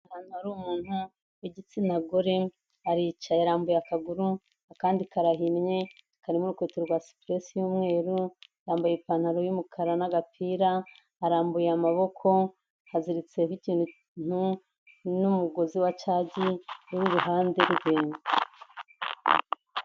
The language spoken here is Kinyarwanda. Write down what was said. Ahantu hari umuntu w'igitsina gore, aricaye arambuye akaguru akandi karahinnye karimo urukwetaro rwa sipuresi y'umweru, yambaye ipantaro y'umukara n'agapira, arambuye amaboko, haziritseho ikintu n'umugozi wa cagi uri iruhande rwe.